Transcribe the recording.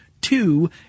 Two